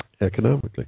Economically